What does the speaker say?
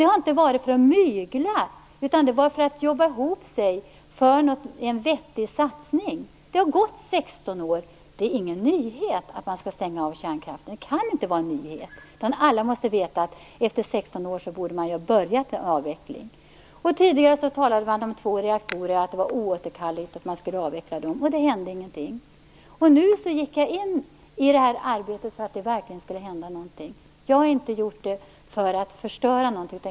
Det har inte varit fråga om att mygla utan om att jobba ihop sig för en vettig satsning. Det har ju gått 16 år nu sedan folkomröstningen, så det kan inte vara en nyhet att kärnkraften skall stängas av. Alla måste väl veta att en avveckling borde ha påbörjats efter 16 år. Tidigare talade man om två reaktorer och om att det var oåterkalleligt att de skulle avvecklas. Ingenting hände. Nu gick jag in i det här arbetet för att det verkligen skulle hända något. Jag gjorde det alltså inte för att förstöra något.